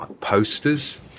posters